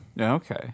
Okay